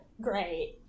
great